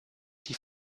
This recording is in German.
die